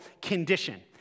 condition